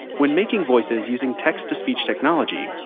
when making voices using text to speech technology,